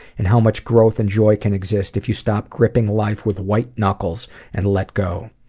and how much growth and joy can exist if you stop gripping life with white knuckles and let go.